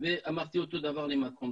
ואמרתי אותו דבר למקרון.